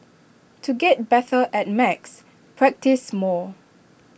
to get better at maths practise more